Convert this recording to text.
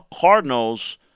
Cardinals